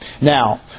Now